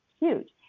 huge